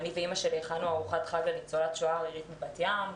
אימא שלי ואני הכנו ארוחת חג לניצולת שואה ערירית מבת-ים,